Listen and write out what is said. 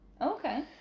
Okay